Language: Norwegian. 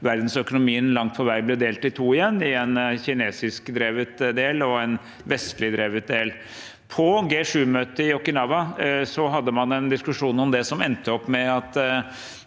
verdensøkonomien langt på vei ble delt i to igjen, i en kinesisk drevet del og en vestlig drevet del. På G7-møtet i Okinawa hadde man en diskusjon om det, som endte opp med at